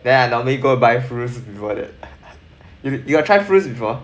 then I normally go buy fruits before that you you've tried fruits before